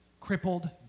crippled